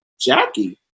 Jackie